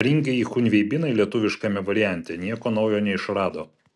karingieji chunveibinai lietuviškame variante nieko naujo neišrado